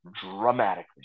dramatically